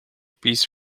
peace